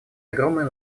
огромное